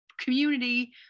community